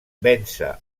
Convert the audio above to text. vèncer